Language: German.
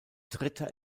dritter